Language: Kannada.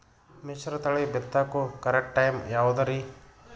ಮಿಶ್ರತಳಿ ಬಿತ್ತಕು ಕರೆಕ್ಟ್ ಟೈಮ್ ಯಾವುದರಿ?